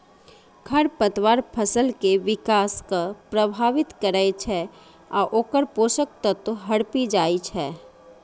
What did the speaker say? खरपतवार फसल के विकास कें प्रभावित करै छै आ ओकर पोषक तत्व हड़पि जाइ छै